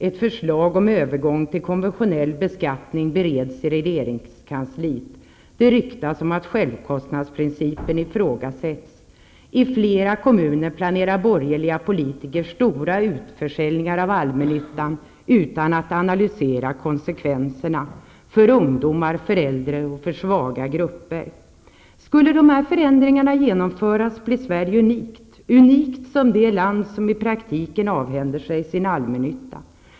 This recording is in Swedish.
Ett förslag om övergång till konventionell beskattning bereds i regeringskansliet. Det ryktas om att självkostnadsprincipen ifrågasätts. I flera kommuner planerar borgerliga politiker stora utförsäljningar av allmännyttan utan att analysera konsekvenserna för ungdomar, äldre och andra svaga grupper. Om dessa förändringar skulle genomföras blir Sverige unikt, unikt som det land som i praktiken avhänder sig sin allmännytta.